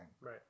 Right